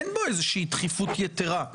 אין בו דחיפות יתרה.